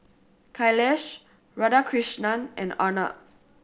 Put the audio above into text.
Kailash Radhakrishnan and Arnab